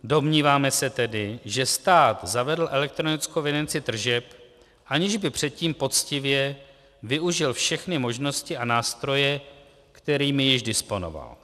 Domníváme se tedy, že stát zavedl elektronickou evidenci tržeb, aniž by předtím poctivě využil všechny možnosti a nástroje, kterými již disponoval.